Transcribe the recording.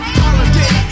holiday